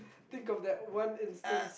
think of that one instance